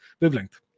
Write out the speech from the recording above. wavelength